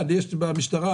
למשטרה.